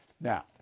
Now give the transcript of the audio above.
Now